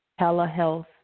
telehealth